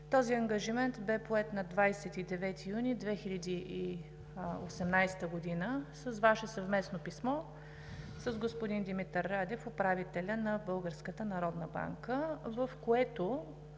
Този ангажимент бе поет на 29 юни 2018 г. с Ваше съвместно писмо с господин Димитър Радев – управителя на Българската